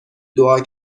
دعا